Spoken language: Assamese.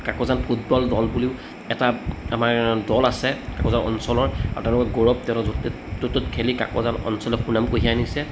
কাকজান ফুটবল দল বুলিও এটা আমাৰ দল আছে কাকজান অঞ্চলৰ আৰু তেওঁলোকক গৌৰৱ তেওঁলোকে য'ত ত'ত য'ত ত'ত খেলি কাকজান অঞ্চললৈ সুনাম কঢ়িয়াই আনিছে